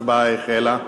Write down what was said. ההצבעה החלה.